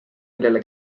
millele